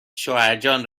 شوهرجان